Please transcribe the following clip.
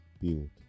build